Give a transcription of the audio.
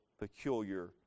peculiar